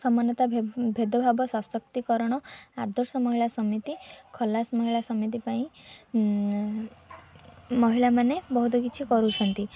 ସମାନତା ଭେଦଭାବ ସଶକ୍ତିକରଣ ଆଦର୍ଶ ମହିଳା ସମିତି ଖଲାସ ମହିଳା ସମିତି ପାଇଁ ମହିଳାମାନେ ବହୁତ କିଛି କରୁଛନ୍ତି